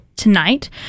tonight